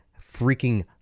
freaking